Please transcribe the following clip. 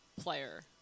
player